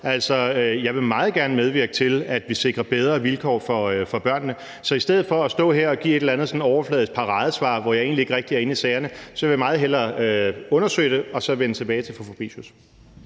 Jeg vil meget gerne medvirke til, at vi sikrer bedre vilkår for børnene. Så i stedet for at stå og her og give et eller andet sådan overfladisk paradesvar, hvor jeg egentlig ikke rigtig er inde i sagerne, så vil jeg meget hellere undersøge det og så vende tilbage til fru Camilla